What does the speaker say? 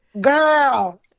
girl